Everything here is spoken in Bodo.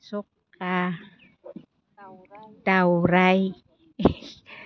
सखा दाउराइ